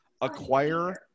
acquire –